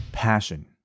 passion